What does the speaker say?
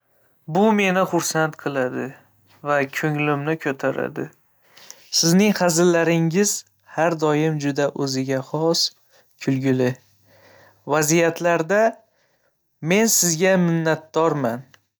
Bu meni xursand qiladi va ko'nglimni ko'taradi. Sizning hazillaringiz har doim juda o'ziga xos. Kulgili vaziyatlarda men sizga minnatdorman.